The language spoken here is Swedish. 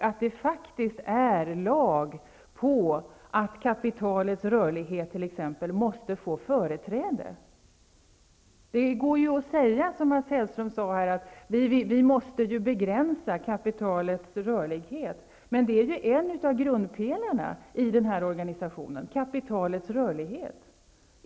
Det är faktiskt lag på att t.ex. kapitalets rörlighet måste få företräde. Det går att säga som Mats Hellström att vi måste begränsa kapitalets rörlighet. Men en av grundpelarna i den här organisationen är ju kapitalets rörlighet.